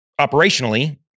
operationally